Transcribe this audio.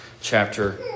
chapter